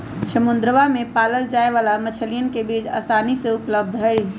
समुद्रवा में पाल्ल जाये वाला मछलीयन के बीज आसानी से उपलब्ध हई